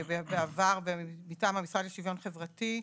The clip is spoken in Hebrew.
בעבר, מטעם המשרד לשוויון חברתי,